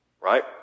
right